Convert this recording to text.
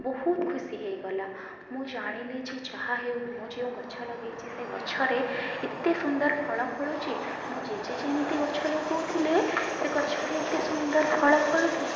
ବହୁତ ଖୁସି ହେଇଗଲା ମୁଁ ଜାଣିଲି ଯେ ଯାହାହେଉ ମୁଁ ଯେଉଁ ଗଛ ଲଗାଇଛି ସେ ଗଛରେ ଏତେ ସୁନ୍ଦର ଫଳ ଫଳୁଛି ମୋ ଜେଜେ ଯେମିତି ଗଛ ଲଗଉଥିଲେ ସେ ଗଛରେ ଏତେ ସୁନ୍ଦର ଫଳ ଫଳୁ ଥିଲା